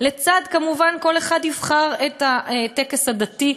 וכל אחד יבחר את הטקס הדתי.